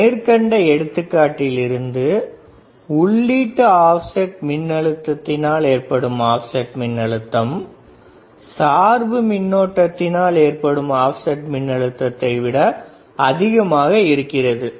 மேற்கண்ட எடுத்துக்காட்டில் இருந்து உள்ளிட்ட ஆப்செட் மின் அழுத்தத்தினால் ஏற்படும் ஆப்செட் மின்னழுத்தம் சார்பு மின்னோட்டத்தினால் ஏற்படும் ஆப்செட் மின்னழுத்தத்தை விட அதிகமாக இருக்கிறது